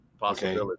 possibility